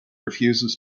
refuses